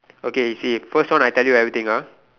okay you see first one I tell you everything ah